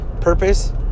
purpose